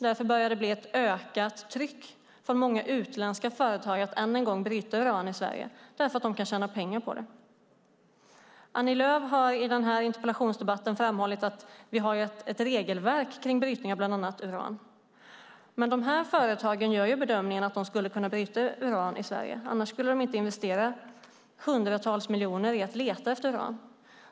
Därför börjar det bli ett ökat tryck från många utländska företag på att ännu en gång bryta uran i Sverige. Man kan ju tjäna pengar på det. Annie Lööf har i den här interpellationsdebatten framhållit att vi har ett regelverk för brytning av bland annat uran. Men de här företagen gör bedömningen att de skulle kunna bryta uran i Sverige. Annars skulle de inte investera hundratals miljoner i att leta efter uran.